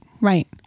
Right